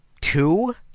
two